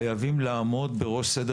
שחיי אדם חייבים לעמוד בראש סדר